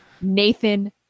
Nathan